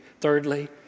thirdly